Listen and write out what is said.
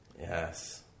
Yes